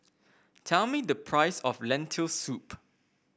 tell me the price of Lentil Soup